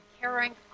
caring